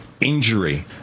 injury